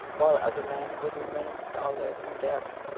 while other men would remain stolid and deaf.